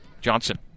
Johnson